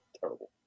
Terrible